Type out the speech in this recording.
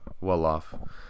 well-off